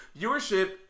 Viewership